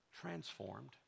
transformed